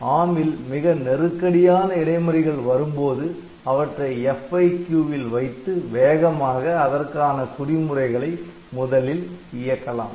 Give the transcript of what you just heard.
எனவே ARM ல் மிக நெருக்கடியான இடைமறிகள் வரும்போது அவற்றை FIQ வில் வைத்து வேகமாக அதற்கான குறிமுறைகளை முதலில் இயக்கலாம்